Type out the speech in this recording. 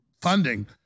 funding